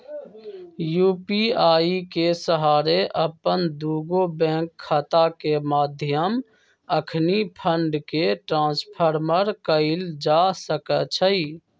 UPI के सहारे अप्पन दुगो बैंक खता के मध्य अखनी फंड के ट्रांसफर कएल जा सकैछइ